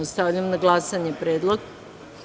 Stavljam na glasanje predlog.